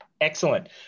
Excellent